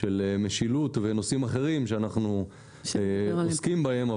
של משילות ונושאים אחרים שאנחנו עוסקים בהם,